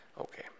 Okay